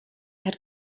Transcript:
had